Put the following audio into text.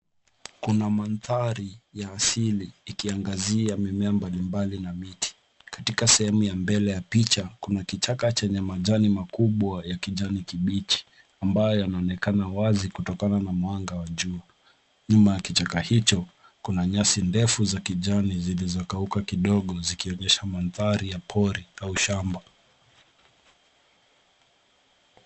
Kuna mandhari ya asili, ikiangazia mimea mbali mbali ya miti. Katika sehemu ya mbele ya picha, kuna kichaka chenye majani makubwa ya kijani kibichi, ambayo yanaonekana wazi kutokana na mwanga wa jua. Nyuma ya kichaka hicho, kuna nyasi ndefu za kijani zilizokauka kidogo zikionyesha mandhari ya pori au shamba.